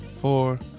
four